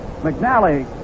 McNally